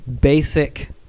basic